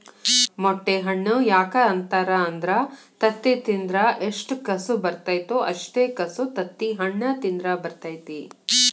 ಮೊಟ್ಟೆ ಹಣ್ಣು ಯಾಕ ಅಂತಾರ ಅಂದ್ರ ತತ್ತಿ ತಿಂದ್ರ ಎಷ್ಟು ಕಸು ಬರ್ತೈತೋ ಅಷ್ಟೇ ಕಸು ತತ್ತಿಹಣ್ಣ ತಿಂದ್ರ ಬರ್ತೈತಿ